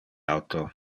auto